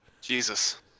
Jesus